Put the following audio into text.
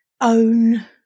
own